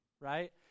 Right